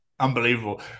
Unbelievable